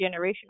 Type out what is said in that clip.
generational